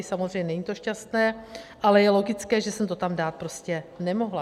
Samozřejmě to není šťastné, ale je logické, že jsem to tam dát prostě nemohla.